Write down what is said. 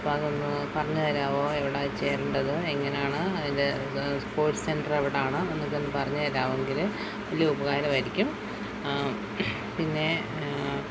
അപ്പോൾ അതൊന്നു പറഞ്ഞുതരാമോ എവിടാ ചേരേണ്ടത് എങ്ങനെയാണ് അതിൻ്റെ കോഴ്സ് സെൻ്റർ എവിടെയാണ് എന്നൊക്കെ ഒന്നു പറഞ്ഞു തരാമെങ്കിൽ വലിയ ഉപകാരമായിരിക്കും പിന്നെ